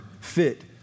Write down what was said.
fit